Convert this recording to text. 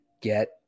get